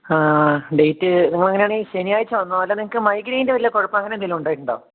date നിങ്ങള് അങ്ങനെയാണെങ്കില് ശനിയാഴ്ച വന്നോളൂ അല്ല നിങ്ങള്ക്ക് മൈഗ്രെൻ്റെ വല്ല കുഴപ്പങ്ങള് അങ്ങനെയെന്തെങ്കിലും ഉണ്ടായിട്ടുണ്ടോ